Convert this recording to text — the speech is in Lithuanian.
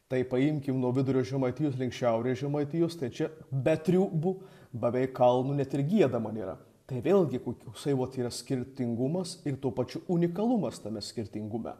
tai paimkim nuo vidurio žemaitijos link šiaurės žemaitijos tai čia be triūbų beveik kalnų net ir giedama nėra tai vėlgi koksai vat yra skirtingumas ir tuo pačiu unikalumas tame skirtingume